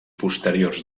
posteriors